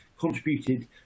contributed